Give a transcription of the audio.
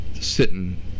sitting